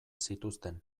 zituzten